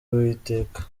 w’uwiteka